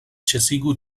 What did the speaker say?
ĉesigu